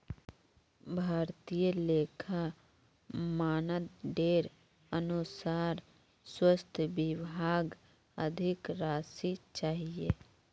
भारतीय लेखा मानदंडेर अनुसार स्वास्थ विभागक अधिक राशि चाहिए